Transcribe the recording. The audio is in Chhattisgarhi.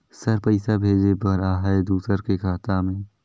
सर पइसा भेजे बर आहाय दुसर के खाता मे?